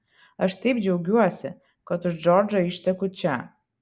aš taip džiaugiuosi kad už džordžo išteku čia